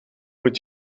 moet